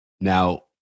Now